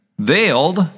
Veiled